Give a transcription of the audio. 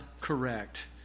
correct